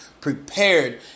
prepared